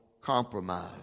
compromise